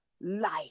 life